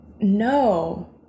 No